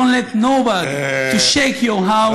Don't let nobody, אה, shake your house.